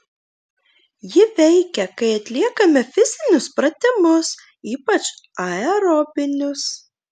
ji veikia kai atliekame fizinius pratimus ypač aerobinius